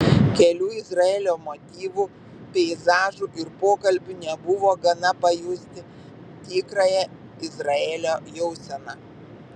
kelių izraelio motyvų peizažų ir pokalbių nebuvo gana pajusti tikrąją izraelio jauseną